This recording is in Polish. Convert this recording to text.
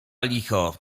licho